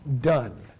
done